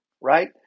right